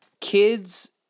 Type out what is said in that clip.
kids